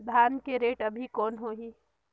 धान के रेट अभी कौन होही?